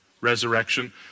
resurrection